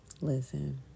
listen